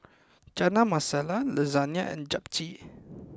Chana Masala Lasagne and Japchae